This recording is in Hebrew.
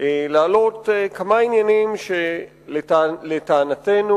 להעלות כמה עניינים, שלטענתנו,